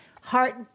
heart